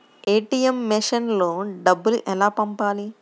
ATM మెషిన్లో డబ్బులు ఎలా పంపాలి?